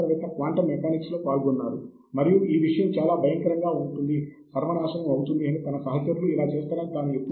నేను రిఫరెన్స్ మేనేజర్లలో కొన్నింటిని మీకు పరిచయం చేస్తాను